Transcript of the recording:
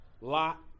Lot